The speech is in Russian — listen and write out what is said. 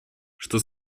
что